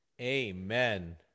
Amen